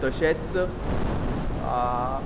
तशेंच